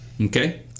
Okay